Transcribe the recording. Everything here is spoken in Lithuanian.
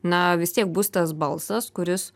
na vis tiek bus tas balsas kuris